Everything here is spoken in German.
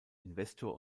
investor